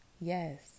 Yes